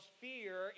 fear